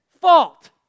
fault